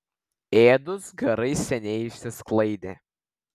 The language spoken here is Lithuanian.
ėdūs garai seniai išsisklaidė